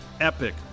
epic